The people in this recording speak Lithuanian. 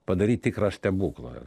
padaryt tikrą stebuklą